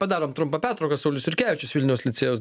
padarom trumpą pertrauką saulius jurkevičius vilniaus licėjaus